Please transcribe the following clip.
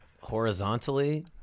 horizontally